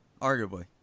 Arguably